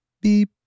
beep